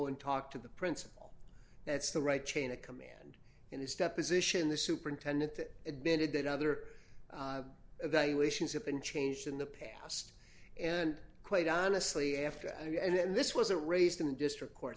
and talk to the principal that's the right chain of command in this deposition the superintendent that admitted that other evaluations have been changed in the past and quite honestly after and this wasn't raised in the district court